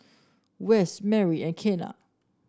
Wess Merri and Kenna